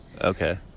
okay